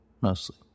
Mostly